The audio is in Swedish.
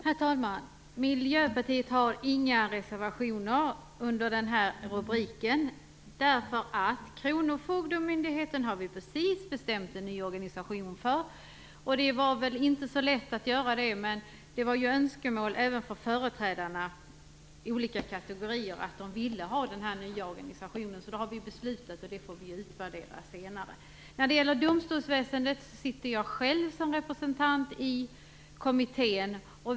Herr talman! Miljöpartiet har inga reservationer under den här rubriken därför att vi precis har bestämt en ny organisation för kronofogdemyndigheten. Det var inte så lätt att göra det. Men det var ett önskemål även från olika kategorier av företrädare, de ville ha en ny organisation. Det har vi beslutat om, och det får vi utvärdera senare. När det gäller domstolsväsendet sitter jag själv som representant i kommittén.